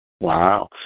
Wow